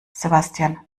sebastian